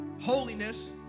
holiness